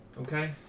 Okay